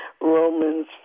Romans